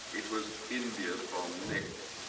it was india's bomb next.